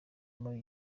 muri